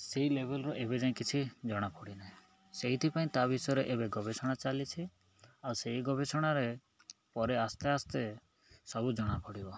ସେଇ ଲେଭେଲ୍ରୁ ଏବେ ଯାଏଁ କିଛି ଜଣାପଡ଼ିନାହିଁ ସେଇଥିପାଇଁ ତା ବିଷୟରେ ଏବେ ଗବେଷଣା ଚାଲିଛି ଆଉ ସେଇ ଗବେଷଣାରେ ପରେ ଆସ୍ତେ ଆସ୍ତେ ସବୁ ଜଣାପଡ଼ିବ